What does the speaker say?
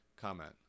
Comment